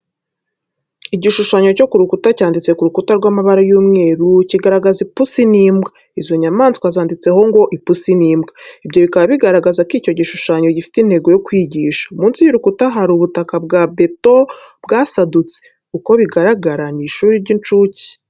Igishushanyo cyo ku rukuta cyanditse ku rukuta rw'amabara y'umweru, kigaragaza ipusi n'imbwa. Izo nyamaswa zanditseho ngo "Ipusi n'imbwa", ibyo bikaba bigaragaza ko icyo gishushanyo gifite intego yo kwigisha. Munsi y'urukuta, hari ubutaka bwa beto bwasadutse. Uko bigaragara n'ishuri ry'incuke.